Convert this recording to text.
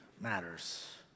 matters